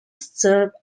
served